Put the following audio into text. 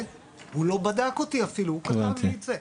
הוא לא בדק אותי אפילו, הוא כתב לי את זה.